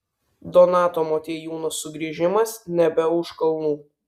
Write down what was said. donato motiejūno sugrįžimas nebe už kalnų